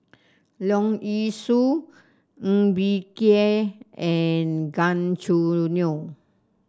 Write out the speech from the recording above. Leong Yee Soo Ng Bee Kia and Gan Choo Neo